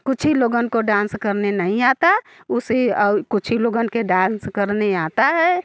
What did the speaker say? कुछी लोगों को डांस करने नहीं आता उसी ओर कुछी लोगों के डांस करने आता है